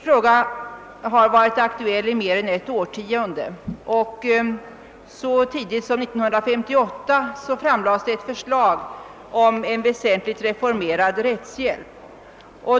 Frågan har varit aktuell i mer än ett årtionde. Så tidigt som 1958 framlades av 1951 års rättegångskommitté ett förslag om en väsentligt reformerad rättshjälp.